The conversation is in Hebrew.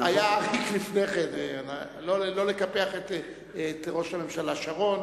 היה אריק לפני כן, לא לקפח את ראש הממשלה שרון.